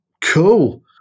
cool